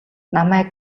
намайг